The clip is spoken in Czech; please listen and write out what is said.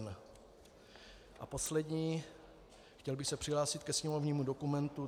A poslední, chtěl bych se přihlásit ke sněmovnímu dokumentu 3260.